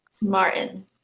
Martin